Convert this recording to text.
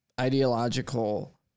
ideological